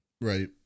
right